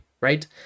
right